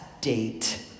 date